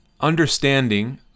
understanding